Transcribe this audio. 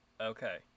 Okay